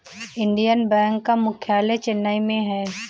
Indian Bank का मुख्यालय चेन्नई में है